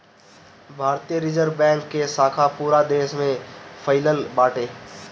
भारतीय reserve bank के शाखा पूरा देस में फइलल बाटे